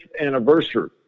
anniversary